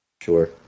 sure